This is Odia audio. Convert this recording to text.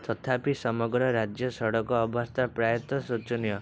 ତଥାପି ସମଗ୍ର ରାଜ୍ୟ ସଡ଼କ ଅବସ୍ଥା ପ୍ରାୟତଃ ଶୋଚନୀୟ